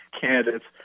candidates